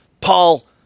Paul